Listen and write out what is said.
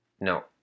no